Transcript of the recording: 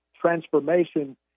transformation